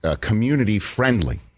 community-friendly